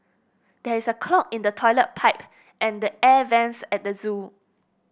there is a clog in the toilet pipe and the air vents at the zoo